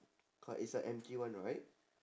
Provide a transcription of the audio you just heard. c~ it's a empty one right